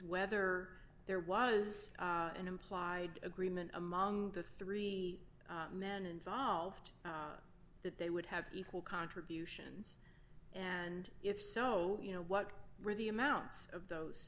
whether there was an implied agreement among the three men involved that they would have equal contributions and if so you know what were the amounts of those